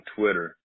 Twitter